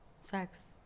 sex